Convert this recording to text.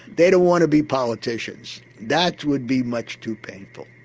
they don't want to be politicians, that would be much too painful.